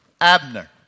Abner